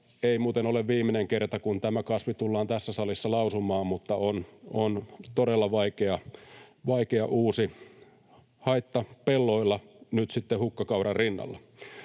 Ei muuten ole viimeinen kerta, kun tämä kasvi tullaan tässä salissa lausumaan, mutta se on todella vaikea, uusi haitta pelloilla nyt sitten hukkakauran rinnalla.